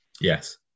Yes